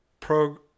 pro